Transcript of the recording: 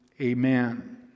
Amen